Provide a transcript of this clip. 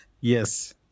Yes